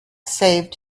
saved